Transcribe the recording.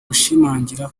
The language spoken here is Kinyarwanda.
gushimangira